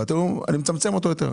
ואתם אומרים אני מצמצם אותו יותר,